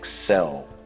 excel